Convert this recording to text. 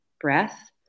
breath